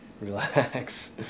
Relax